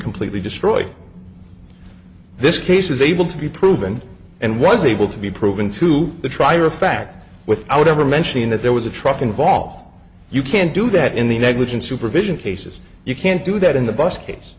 completely destroy this case is able to be proven and was able to be proven to the trier of fact without ever mentioning that there was a truck involved you can't do that in the negligent supervision cases you can't do that in the bus case